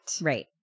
Right